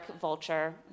vulture